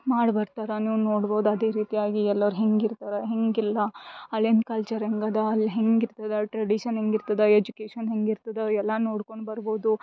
ಮಾಡಿ ಬರ್ತಾರೆ ನೀವು ನೋಡ್ಬೋದು ಅದೇ ರೀತಿಯಾಗಿ ಎಲ್ಲರು ಹೇಗಿರ್ತಾರ ಹೇಗಿಲ್ಲ ಅಲ್ಲಿಯ ಕಲ್ಚರ್ ಹೇಗದ ಅಲ್ಲಿ ಹೇಗಿರ್ತದ ಟ್ರೆಡೀಷನ್ ಹೇಗಿರ್ತದ ಎಜುಕೇಶನ್ ಹೇಗಿರ್ತದ ಎಲ್ಲ ನೋಡ್ಕೊಂಡು ಬರ್ಬೋದು